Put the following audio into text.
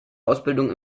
ausbildung